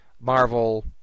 Marvel